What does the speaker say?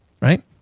right